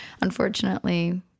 unfortunately